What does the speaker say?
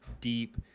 deep